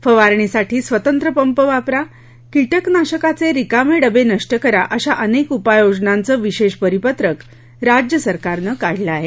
फवारणीसाठी स्वतंत्र पंप वापरा कीटकनाशकाचे रिकामे डबे नष्ट करा अशा अनेक उपाययोजनांच विशेष परिपत्रक राज्य सरकारनं काढलं आहे